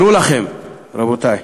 רבותי,